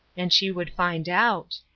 and she would find out.